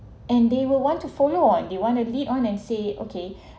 and they will want to follow and they want to lead on and say okay